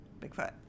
Bigfoot